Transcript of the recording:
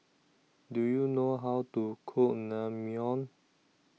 Do YOU know How to Cook Naengmyeon